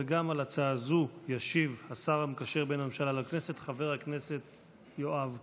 גם על הצעה זו ישיב השר המקשר בין הממשלה לכנסת חבר הכנסת יואב קיש,